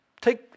Take